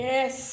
Yes